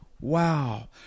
Wow